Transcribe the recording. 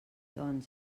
doncs